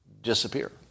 disappear